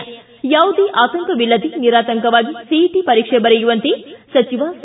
ಿ ಯಾವುದೇ ಆತಂಕವಿಲ್ಲದೆ ನಿರಾತಂಕವಾಗಿ ಸಿಇಟಿ ಪರೀಕ್ಷೆ ಬರೆಯುವಂತೆ ಸಚಿವ ಸಿ